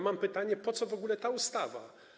Mam pytanie: Po co w ogóle ta ustawa?